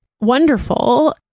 wonderful